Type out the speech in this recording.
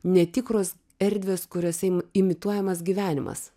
netikros erdvės kuriose imituojamas gyvenimas